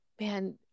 Man